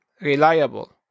reliable